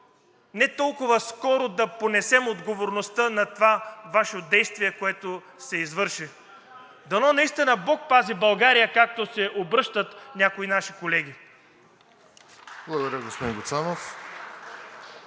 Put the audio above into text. не толкова скоро да понесем отговорността на това Ваше действие, което се извърши. Дано наистина Бог да пази България, както се обръщат някои наши колеги! (Ръкопляскания от